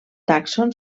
tàxon